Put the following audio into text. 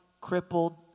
crippled